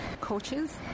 coaches